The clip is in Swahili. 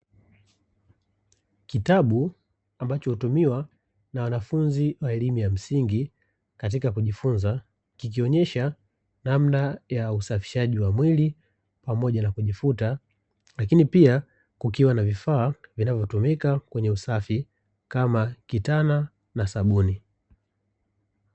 Kitabu ambacho hutumiwa na wanafunzi wa elimu ya msingi katika kujifunza, kikionyesha namna ya usafishaji wa mawili pamoja na kujifuta. Lakini pia kukiwa na vifaa vinavyotumika kwenye usafi kama kitana na sabuni.